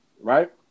right